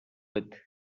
with